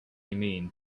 mean